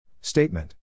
Statement